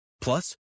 Plus